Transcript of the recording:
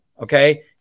okay